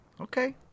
Okay